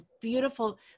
beautiful